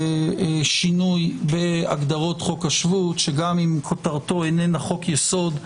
שינוי בהגדרות חוק השבות שגם אם כותרתו אינה חוק יסוד,